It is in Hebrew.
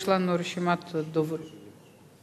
יש לנו רשימת דוברים.